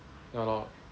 ya lor